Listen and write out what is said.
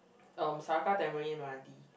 um Saraca Tamarind Meranti